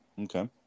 Okay